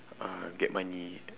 uh get money